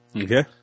Okay